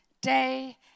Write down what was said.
day